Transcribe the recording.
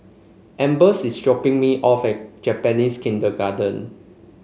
Ambers is dropping me off at Japanese Kindergarten